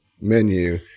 menu